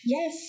Yes